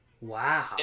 Wow